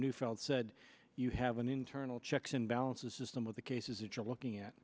neufeld said you have an internal checks and balances system with the cases that you're looking at